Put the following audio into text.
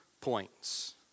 points